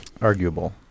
Arguable